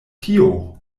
tio